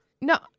No